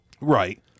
right